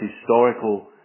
historical